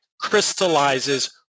crystallizes